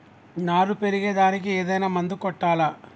నారు పెరిగే దానికి ఏదైనా మందు కొట్టాలా?